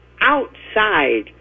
outside